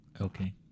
Okay